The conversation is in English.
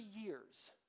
years